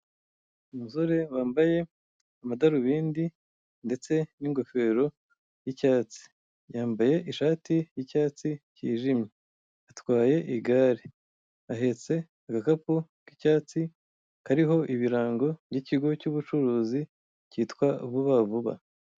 Umusore wambaye amadarubindi ndetse n'ingofero y'icyatsi, yambaye ishati yicyatsi cyijimye atwaye igare, ahetse agakapu k'icyatsi kariho ibirango by'ikigo cy'ubucuruzi cyitwa Vuba vuba.